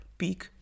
peak